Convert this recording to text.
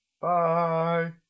Bye